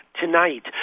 tonight